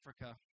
Africa